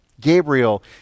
Gabriel